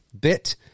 bit